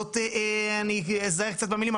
אני אזהר קצת במילים,